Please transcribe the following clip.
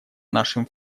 нашем